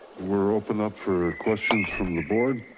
we're open up for questions from the board.